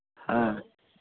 ᱦᱮᱸ